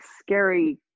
scary